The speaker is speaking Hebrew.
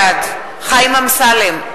בעד חיים אמסלם,